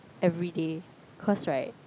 everyday cause right